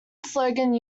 slogan